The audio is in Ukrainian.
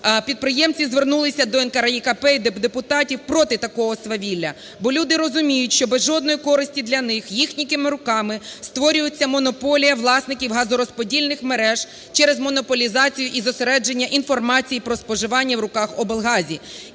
підприємці звернулися до НКРЕКП і депутатів проти такого свавілля, бо люди розуміють, що без жодної користі для них їхніми руками створюється монополія власників газорозподільних мереж через монополізацію і зосередження інформації про споживання в руках облгазів